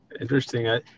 Interesting